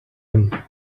him